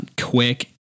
quick